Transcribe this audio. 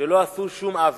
שלא עשו שום עוול.